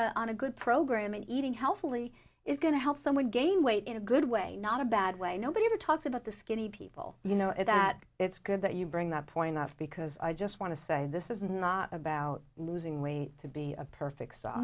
a on a good program and eating healthily is going to help someone gain weight in a good way not a bad way nobody ever talks about the skinny people you know that it's good that you bring that point up because i just want to say this is not about losing weight to be a perfect